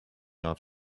off